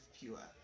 pure